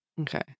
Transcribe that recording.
Okay